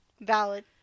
valid